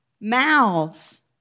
Mouths